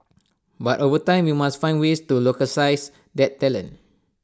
but over time we must find ways to localise that talent